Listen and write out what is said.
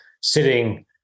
sitting